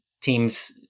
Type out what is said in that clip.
teams